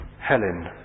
Helen